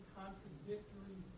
contradictory